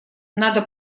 надо